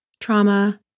trauma